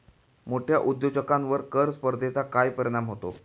मोठ्या उद्योजकांवर कर स्पर्धेचा काय परिणाम होतो?